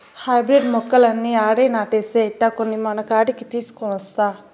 hybrid మొక్కలన్నీ ఆడే నాటేస్తే ఎట్టా, కొన్ని మనకాడికి తీసికొనొస్తా